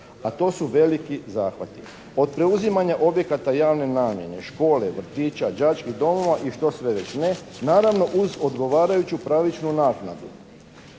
A to su veliki zahvati od preuzimanja objekata javne namjene, škole, vrtića, đačkih domova i što sve već ne, naravno uz odgovarajuću pravičnu naknadu.